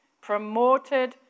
promoted